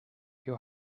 your